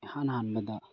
ꯏꯍꯥꯟ ꯍꯥꯟꯕꯗ